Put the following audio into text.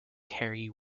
terry